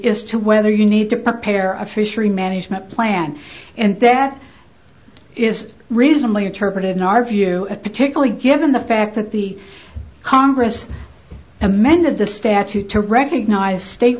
is to whether you need to prepare a fishery management plan and that is reasonably interpreted in our view particularly given the fact that the congress amended the statute to recognize state